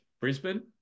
Brisbane